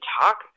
talk